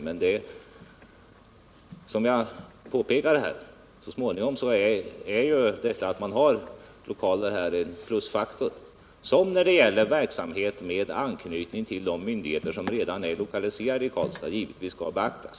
Men som jag påpekat är det faktum att man i Karlstad har lokaler en plusfaktor som när det gäller verksamhet med anknytning till de myndigheter som redan är lokaliserade i Karlstad givetvis skall beaktas.